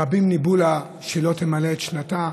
רבים ניבאו לה שהיא לא תמלא את שנתה,